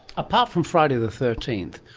apart from friday the thirteenth,